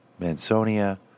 Mansonia